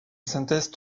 synthèse